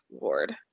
Lord